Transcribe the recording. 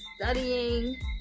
studying